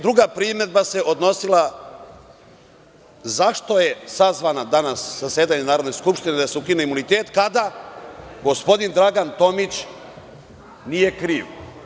Druga primedba se odnosila zašto je sazvano danas zasedanje Narodne skupštine, da se ukine imunitet, kada gospodin Dragan Tomić nije kriv.